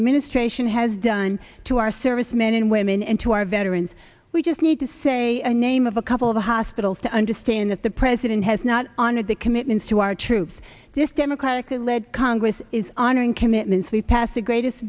administration has done to our servicemen and women and to our veterans we just need to say a name of a couple of the hospitals to understand that the president has not honored the commitments to our troops this democratically led congress is honoring commitments we passed the greatest